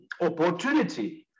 opportunity